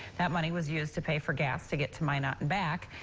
that money was used to pay for gas to get to minot and back.